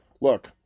look